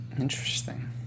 Interesting